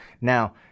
now